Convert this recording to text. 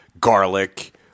garlic